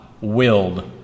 willed